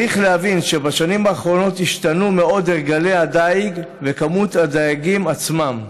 צריך להבין שבשנים האחרונות השתנו מאוד הרגלי הדיג ומספר הדייגים עצמם.